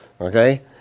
Okay